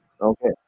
Okay